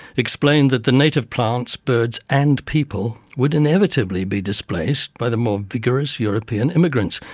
explained that the native plants, birds and people would inevitably be displaced by the more vigorous european immigrants.